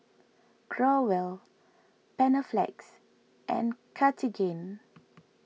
Growell Panaflex and Cartigain